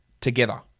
together